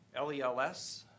LELS